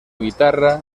guitarra